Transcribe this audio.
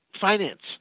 finance